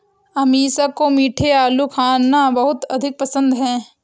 अमीषा को मीठे आलू खाना बहुत अधिक पसंद है